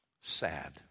sad